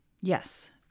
yes